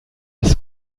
das